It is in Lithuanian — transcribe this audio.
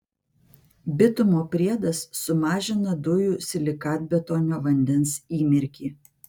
bitumo priedas sumažina dujų silikatbetonio vandens įmirkį